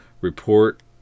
report